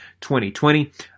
2020